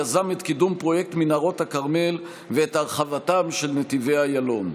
יזם את קידום פרויקט מנהרות הכרמל ואת הרחבתם של נתיבי איילון.